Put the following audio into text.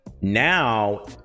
Now